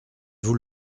vous